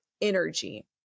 energy